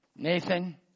Nathan